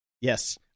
Yes